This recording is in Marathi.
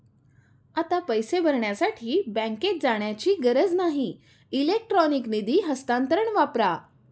आता पैसे भरण्यासाठी बँकेत जाण्याची गरज नाही इलेक्ट्रॉनिक निधी हस्तांतरण वापरा